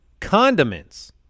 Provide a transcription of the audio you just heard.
condiments